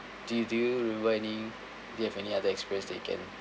do you do you remember any do you have any other experience that you can